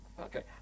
Okay